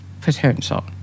potential